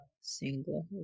single